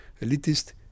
Elitist